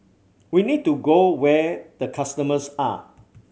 we need to go where the customers are